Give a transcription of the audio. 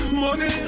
money